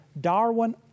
Darwin